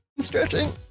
stretching